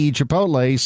Chipotle